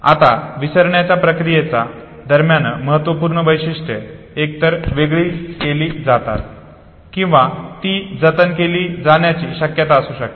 आता विसरण्याच्या प्रक्रियेच्या दरम्यान महत्त्वपूर्ण वैशिष्ट्ये एकतर वेगळी केली जातात किंवा ती जतन केली जाण्याची शक्यता असू शकते